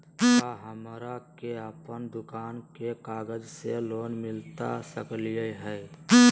का हमरा के अपन दुकान के कागज से लोन मिलता सकली हई?